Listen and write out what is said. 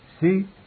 See